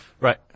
Right